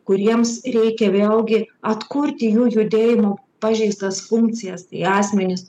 kuriems reikia vėlgi atkurti jų judėjimo pažeistas funkcijas tai asmenys